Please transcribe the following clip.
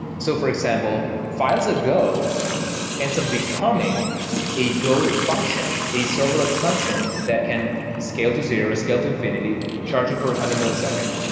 so for example, files of ah go ends up becoming a go function, a serverless function that can scale to zero, scale to infinity, charge you per hundred millisecond.